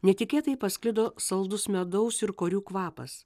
netikėtai pasklido saldus medaus ir korių kvapas